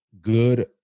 good